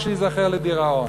ושייזכר לדיראון,